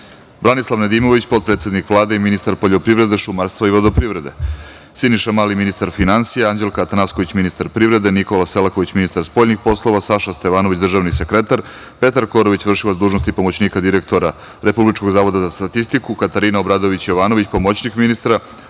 Branislav Nedimović, potpredsednik Vlade i ministar poljoprivrede, šumarstva i vodoprivrede, Siniša Mali, ministar finansija, Anđelka Atanasković, ministar privrede, Nikola Selaković, ministar spoljnih poslova, Saša Stevanović, državni sekretar, Petar Korović, vršilac dužnosti pomoćnika direktora Republičkog zavoda za statistiku, Katarina Obradović Jovanović, pomoćnik ministra,